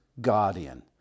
guardian